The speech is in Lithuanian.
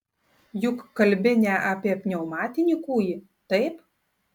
juk kalbi ne apie pneumatinį kūjį taip